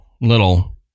little